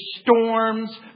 storms